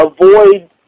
avoid